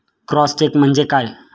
Cross check म्हणजे काय?